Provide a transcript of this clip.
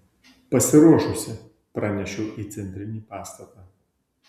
pasiruošusi pranešiau į centrinį pastatą